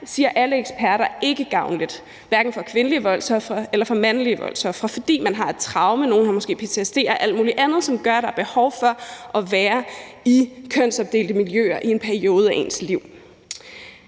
siger alle eksperter, ikke gavnligt, hverken for kvindelige voldsofre eller for mandlige voldsofre, fordi de har et traume – nogle har måske ptsd og alt mulig andet, som gør, at der er behov for at være i kønsopdelte miljøer i en periode af deres liv.